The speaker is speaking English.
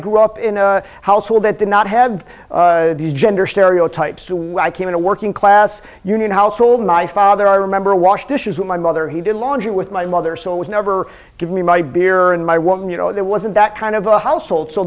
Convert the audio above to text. grew up in a household that did not have the gender stereotypes to when i came into working class union household my father i remember wash dishes when my mother he did laundry with my mother so it was never give me my beer and my woman you know there wasn't that kind of a household so